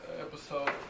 episode